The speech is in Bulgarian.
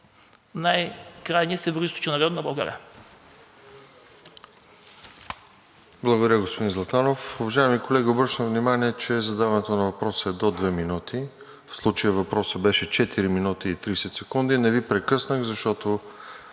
най-крайния североизточен район на България.